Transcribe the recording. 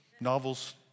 Novels